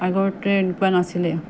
আগতে এনেকুৱা নাছিলে